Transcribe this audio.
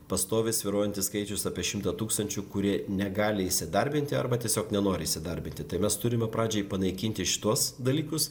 pastoviai svyruojantis skaičius apie šimtą tūkstančių kurie negali įsidarbinti arba tiesiog nenori įsidarbinti tai mes turime pradžiai panaikinti šituos dalykus